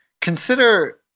consider